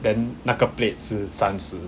then 那个 plate 是三十